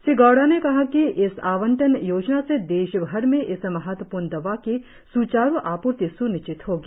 श्री गौड़ा ने कहा कि इस आवंटन योजना से देश भर में इस महत्वपूर्ण दवा की स्चारू आपूर्ति स्निश्चित होगी